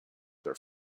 their